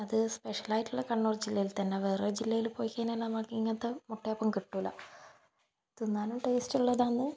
അത് സ്പെഷ്യൽ ആയിട്ടുള്ള കണ്ണൂർ ജില്ലയിൽ തന്നെ വേറെ ജില്ലയിൽ പോയി കഴിഞ്ഞാൽ നമുക്ക് ഇങ്ങനത്ത മുട്ടയപ്പം കിട്ടില്ല തിന്നാനും ടേസ്റ്റ് ഉള്ളതാണ്